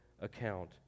account